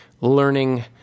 learning